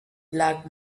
black